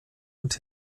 und